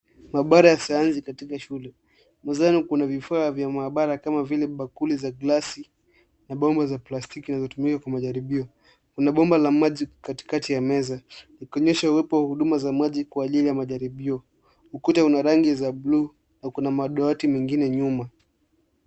Maabara ya sayansi katika shule. Mezani kuna vifaa vya maabara kama vile bakuli za glasi na bomba za plastiki zinazotumika kwa majaribio. Kuna bomba la maji katikati ya meza likionyesha uwepo wa huduma za maji kwa ajili ya majaribio. Ukuta una rangi za buluu na kuna madawati mengine nyuma.